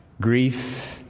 grief